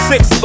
Six